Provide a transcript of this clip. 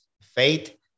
faith